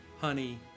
honey